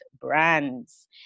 brands